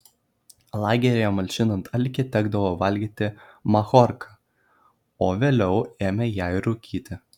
lageryje malšinant alkį tekdavo valgyti machorką o vėliau ėmė ją ir rūkyti